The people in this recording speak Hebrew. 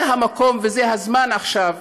זה המקום וזה הזמן, עכשיו,